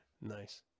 Nice